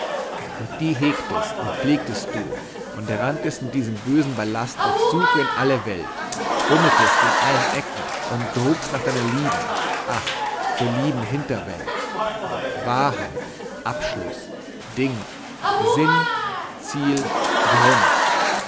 und die hegtest und pflegtest du und ranntest mit diesem bösen ballast auf suche in alle welt bummeltest in allen ecken und grubst nach deiner lieben ach so lieben hinterwelt wahrheit abschluß ding sinn ziel grund